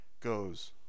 goes